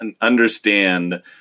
Understand